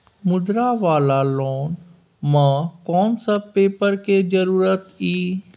मुद्रा वाला लोन म कोन सब पेपर के जरूरत इ?